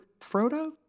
Frodo